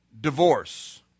divorce